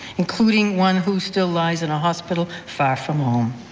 including one who still lies in a hospital far from home.